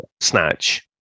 Snatch